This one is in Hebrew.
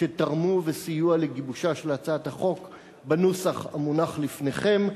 שתרמו וסייעו לגיבושה של הצעת החוק בנוסח המונח לפניכם.